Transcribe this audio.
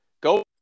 go